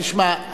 תשמע,